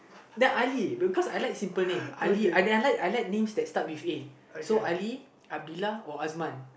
then Ali because I like simple names Ali and then I like I like names that start with A so Ali Abdillah or Asman